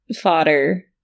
fodder